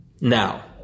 Now